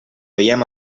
veiem